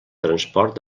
transport